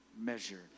measure